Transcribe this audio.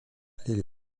les